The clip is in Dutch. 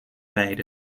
leiden